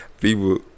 People